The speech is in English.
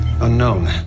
Unknown